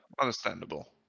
understandable